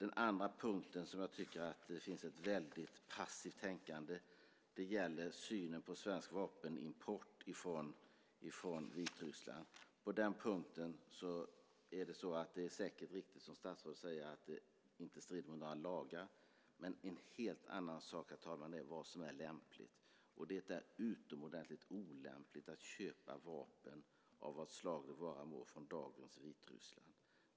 Den andra punkten där jag tycker att det finns ett väldigt passivt tänkande är synen på svensk vapenimport från Vitryssland. Det är säkert riktigt, som statsrådet säger, att den inte strider mot några lagar. Men en helt annan sak, herr talman, är vad som är lämpligt, och det är utomordentligt olämpligt att köpa vapen av vad slag det vara må från dagens Vitryssland.